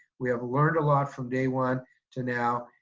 we have learned a lot from day one to now,